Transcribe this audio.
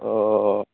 অঁ